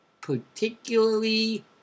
particularly